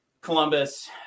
Columbus